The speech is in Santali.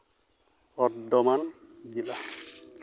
ᱵᱚᱨᱫᱷᱚᱢᱟᱱ ᱡᱮᱞᱟ